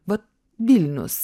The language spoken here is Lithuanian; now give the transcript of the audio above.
vat vilnius